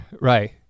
Right